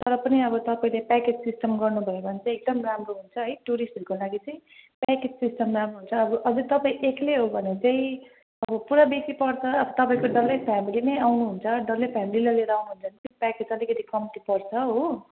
तर पनि अब तपाईँले प्याकेज सिस्टम गर्नु भयो भने चाहिँ एकदम राम्रो हुन्छ है टुरिस्टहरूको लागि चाहिँ प्याकेज सिस्टम राम्रो हुन्छ अब अझै तपाईँ एक्लै हो भने चाहिँ अब पुरा बेसी पर्छ अब तपाईँको डल्लै फेमेली नै आउनुहुन्छ डल्लै फेमेलीलाई लिएर आउनुहुन्छ भने चाहिँ प्याकेज अलिकति कम्ती पर्छ हो